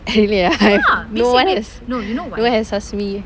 really ah I no one has no one has asked me